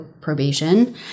probation